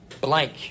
blank